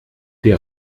der